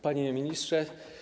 Panie Ministrze!